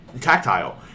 tactile